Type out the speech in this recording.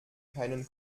keinen